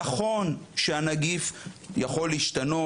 מניעת כניסה יורדת לגמרי.